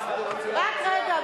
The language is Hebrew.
רק רגע,